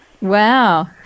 Wow